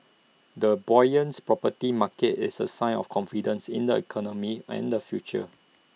A buoyant property market is A sign of confidence in the economy and the future